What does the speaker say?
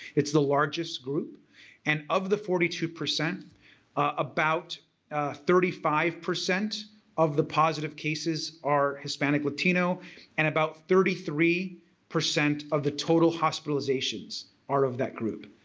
it's the largest group and of the forty two percent about thirty five percent of the positive cases are hispanic latino and about thirty three percent of the total hospitalizations are of that group.